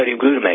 glutamate